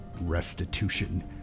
Restitution